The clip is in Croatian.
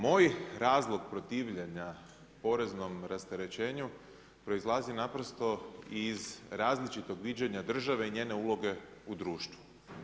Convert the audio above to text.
Moj razlog protivljenja poreznom rasterećenju proizlazi naprosto iz različitog viđenja države i njene uloge u društvu.